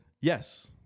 Yes